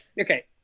Okay